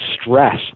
stress